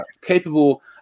capable